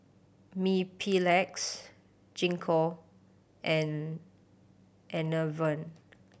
Mepilex Gingko and Enervon